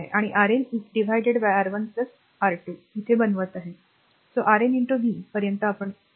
तर मी Rn R 1 R2 बनवित आहे Rn v पर्यंत हे